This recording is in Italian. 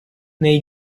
nei